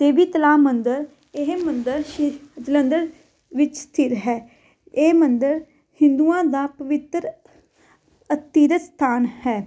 ਦੇਵੀ ਤਲਾਬ ਮੰਦਿਰ ਇਹ ਮੰਦਿਰ ਸ਼੍ਰੀ ਜਲੰਧਰ ਵਿੱਚ ਸਥਿਤ ਹੈ ਇਹ ਮੰਦਿਰ ਹਿੰਦੂਆਂ ਦਾ ਪਵਿੱਤਰ ਤੀਰਥ ਸਥਾਨ ਹੈ